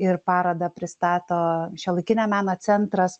ir parodą pristato šiuolaikinio meno centras